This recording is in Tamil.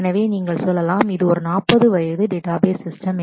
எனவே நீங்கள் சொல்லலாம் இது ஒரு 40 வயது டேட்டாபேஸ் சிஸ்டம்